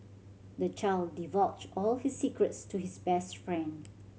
the child divulged all his secrets to his best friend